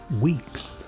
weeks